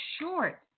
short